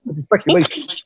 speculation